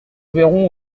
verrons